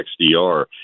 XDR